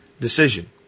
decision